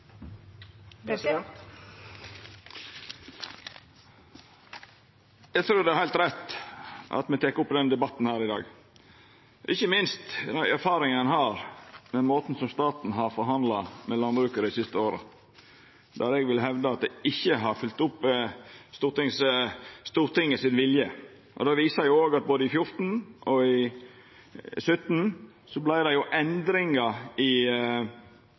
heilt rett at me tek opp denne debatten i dag, ikkje minst med dei erfaringane ein har med måten staten har forhandla med landbruket på dei siste åra. Der vil eg hevda at dei ikkje har fylgt opp Stortingets vilje, og det viste seg både i 2014 og 2017 at det vart gjort endringar i